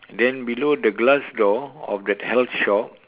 then below the glass door of that health shop